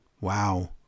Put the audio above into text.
Wow